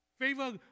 Favor